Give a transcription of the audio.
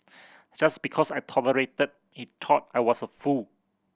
just because I tolerated he thought I was a fool